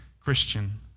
Christian